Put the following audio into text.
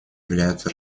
являются